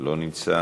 לא נמצא.